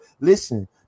Listen